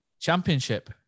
championship